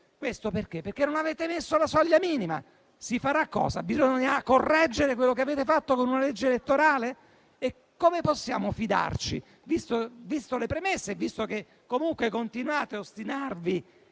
Questo perché non avete messo la soglia minima. Cosa si farà? Bisognerà correggere quello che avete fatto con una legge elettorale? Come possiamo fidarci, viste le premesse e visto che comunque vi ostinate a continuare